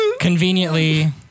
Conveniently